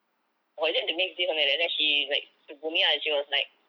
or is it the next day or something like that then she like tegur me ah she was like